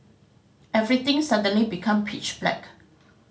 everything suddenly become pitch black